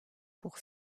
pour